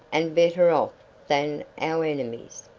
and better off than our enemies.